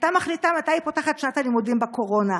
הייתה מחליטה מתי היא פותחת את שנת הלימודים בקורונה.